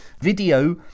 Video